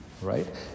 Right